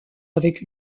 avec